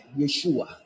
Yeshua